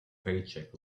paycheck